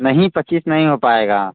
नहीं पच्चीस नहीं हो पाएगा